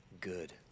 good